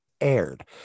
Aired